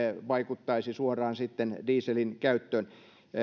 vaikuttaisi suoraan dieselin käyttöön